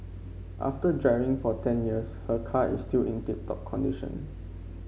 after driving for ten years her car is still in tip top condition